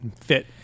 fit